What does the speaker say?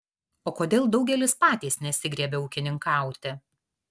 o kodėl daugelis patys nesigriebia ūkininkauti